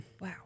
Wow